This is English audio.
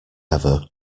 ever